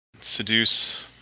seduce